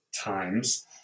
times